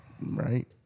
Right